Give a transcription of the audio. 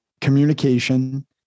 communication